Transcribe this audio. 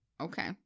okay